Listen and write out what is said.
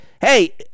hey